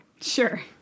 sure